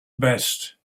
best